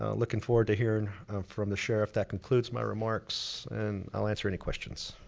ah looking forward to hearing from the sheriff, that concludes my remarks and i'll answer any questions,